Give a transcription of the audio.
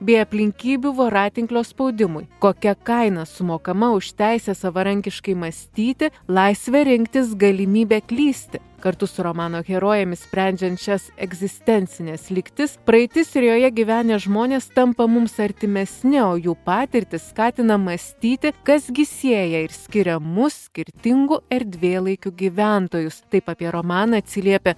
bei aplinkybių voratinklio spaudimui kokia kaina sumokama už teisę savarankiškai mąstyti laisvę rinktis galimybę klysti kartu su romano herojumi sprendžiančias egzistencines lygtis praeitis ir joje gyvenę žmonės tampa mums artimesni o jų patirtys skatina mąstyti kas gi sieja ir skiria mus skirtingu erdvėlaikių gyventojus taip apie romaną atsiliepė